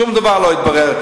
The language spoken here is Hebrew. שום דבר לא התברר.